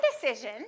decision